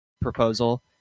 proposal